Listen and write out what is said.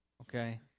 Okay